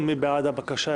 מי בעד הבקשה?